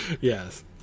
Yes